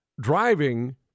Driving